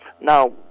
Now